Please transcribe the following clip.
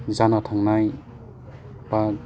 जाना थांनाय बा